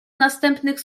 następnych